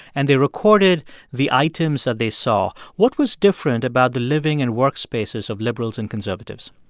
and they recorded the items that they saw. what was different about the living and work spaces of liberals and conservatives?